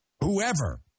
whoever